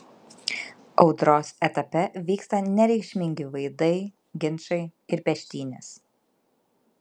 audros etape vyksta nereikšmingi vaidai ginčai ir peštynės